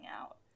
out